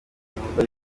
yumva